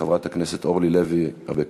אנחנו נעבור לדבריה של חברת הכנסת אורלי לוי אבקסיס,